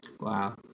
Wow